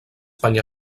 penya